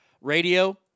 radio